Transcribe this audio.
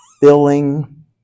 filling